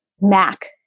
MAC